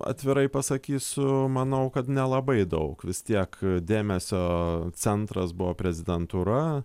atvirai pasakysiu manau kad nelabai daug vis tiek dėmesio centras buvo prezidentūra